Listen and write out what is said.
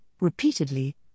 repeatedly